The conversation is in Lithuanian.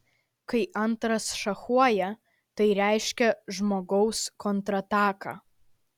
kai antras šachuoja tai reiškia žmogaus kontrataką